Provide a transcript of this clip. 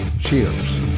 cheers